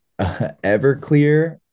Everclear